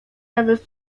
nawet